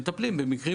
מטפלים במקרים